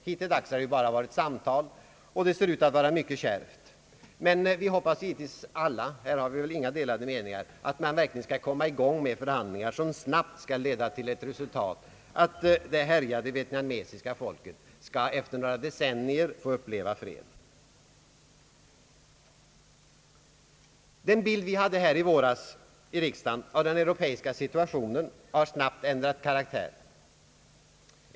Hittilldags har det ju bara varit samtal, och läget förefaller mycket kärvt, men vi hoppas givetvis alla — på den punkten råder väl inga delade meningar — att man verkligen skall komma i gång med förhandlingar som snabbt leder till resultat, så att det hårt drabbade vietnamesiska folket efter några decennier skall få uppleva fred. Den bild vi hade i våras här i riksdagen av den europeiska situationen har snabbt ändrat karaktär.